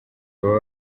baba